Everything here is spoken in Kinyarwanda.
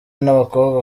n’abakobwa